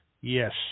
Yes